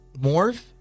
morph